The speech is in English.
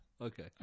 Okay